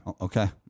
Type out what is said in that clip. okay